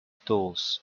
tools